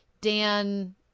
Dan